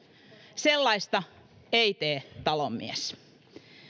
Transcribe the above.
sellaista ei tee talonmies